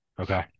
Okay